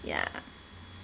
yeah